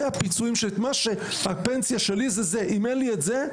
אם אין לי את זה,